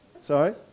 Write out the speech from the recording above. Sorry